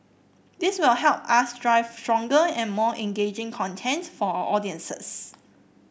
this will help us drive stronger and more engaging content for our audiences